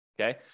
okay